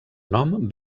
nom